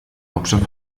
hauptstadt